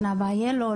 שנה הבאה יהיה לו,